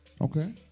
Okay